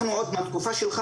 אנחנו עוד מהתקופה שלך,